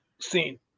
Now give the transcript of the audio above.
scene